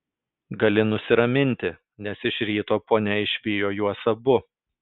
gali nusiraminti nes iš ryto ponia išvijo juos abu